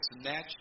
snatch